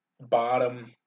bottom